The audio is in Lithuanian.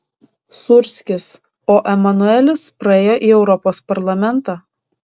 sūrskis o emanuelis praėjo į europos parlamentą